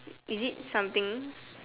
is it something